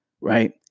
Right